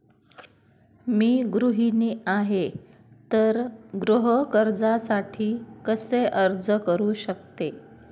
मी गृहिणी आहे तर गृह कर्जासाठी कसे अर्ज करू शकते?